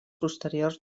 posteriors